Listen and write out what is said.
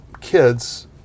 kids